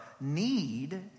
need